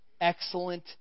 excellent